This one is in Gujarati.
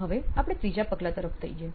હવે આપણે ત્રીજા પગલાં તરફ જઈએ